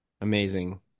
amazing